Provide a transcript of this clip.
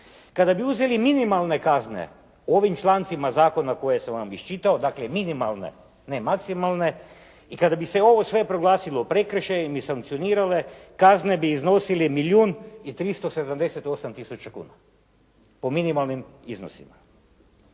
Kada bi uzeli minimalne kazne ovim člancima zakona koje sam vam iščitao, dakle minimalne, ne maksimalne i kada bi se ovo sve proglasilo prekršajem i sankcionirale, kazne bi iznosile milijun i 378 tisuća kuna po minimalnim iznosima.